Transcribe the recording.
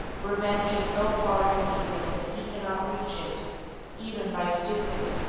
revenge is so far beneath him that he cannot reach it even by stooping.